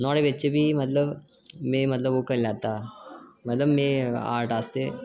नुहाड़े बिच बी में मतलब ओह् करी लैता मतलब में आर्ट आस्तै